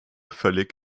völlig